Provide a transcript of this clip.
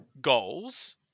goals